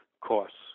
costs